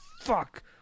fuck